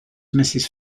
mrs